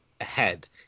ahead